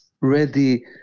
ready